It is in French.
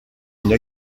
une